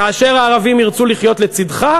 כאשר הערבים ירצו לחיות לצדך,